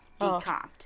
decomped